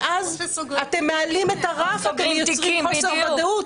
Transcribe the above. ואז אתם מעלים את הרף, אתם יוצרים חוסר ודאות.